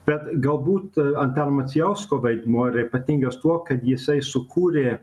bet galbūt antano macijausko vaidmuo yra ypatingas tuo kad jisai sukūrė